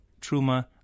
Truma